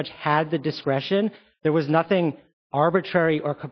judge had the discretion there was nothing arbitrary or